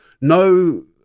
no